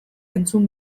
entzun